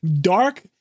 dark